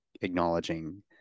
acknowledging